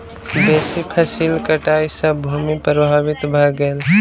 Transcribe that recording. बेसी फसील कटाई सॅ भूमि प्रभावित भ गेल